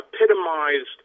epitomized